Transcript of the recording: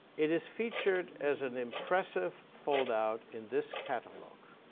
it is featured as an impressive foldout in this catalogue.